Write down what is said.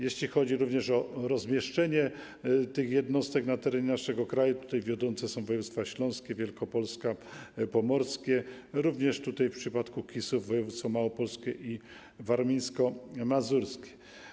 Jeśli chodzi o rozmieszczenie tych jednostek na terenie naszego kraju, to wiodące są województwa: śląskie, wielkopolskie, pomorskie, a w przypadku KIS-ów - województwa: małopolskie i warmińsko-mazurskie.